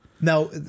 Now